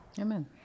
Amen